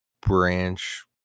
branch